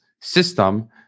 system